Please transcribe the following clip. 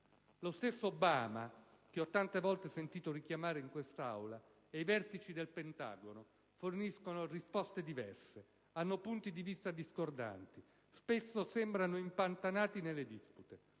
Lo stesso Obama, che ho tante volte sentito richiamare in quest'Aula, e i vertici del Pentagono forniscono risposte diverse, hanno punti di vista discordanti, spesso sembrano impantanati nelle dispute.